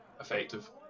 effective